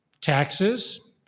Taxes